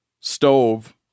stove